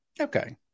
okay